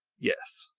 yes.